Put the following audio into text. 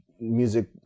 music